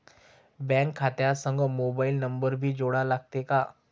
Bank खात्या संग mobile number भी जोडा लागते काय?